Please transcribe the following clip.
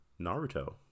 Naruto